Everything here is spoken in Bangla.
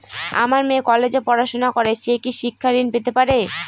আমার মেয়ে কলেজে পড়াশোনা করে সে কি শিক্ষা ঋণ পেতে পারে?